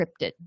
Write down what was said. encrypted